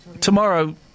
Tomorrow